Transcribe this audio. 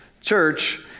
church